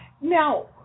Now